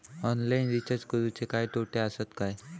Online recharge करुचे काय तोटे आसत काय?